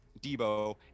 Debo